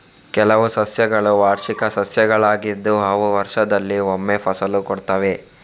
ಕೆಲವು ಸಸ್ಯಗಳು ವಾರ್ಷಿಕ ಸಸ್ಯಗಳಾಗಿದ್ದು ಅವು ವರ್ಷದಲ್ಲಿ ಒಮ್ಮೆ ಫಸಲು ಕೊಡ್ತವೆ